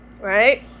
Right